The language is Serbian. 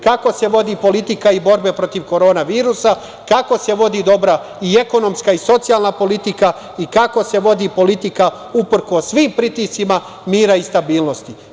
Kako se vodi politika i borbe protiv korona virusa, kako se vodi dobra i ekonomska i socijalna politika i kako se vodi politika uprkos svim pritiscima mira i stabilnosti.